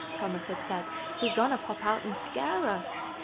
thomas had said, she's gonna pop out and scare us!